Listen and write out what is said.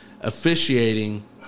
officiating